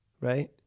right